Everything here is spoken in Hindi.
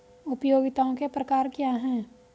उपयोगिताओं के प्रकार क्या हैं?